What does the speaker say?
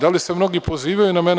Da li se mnogi pozivaju na mene?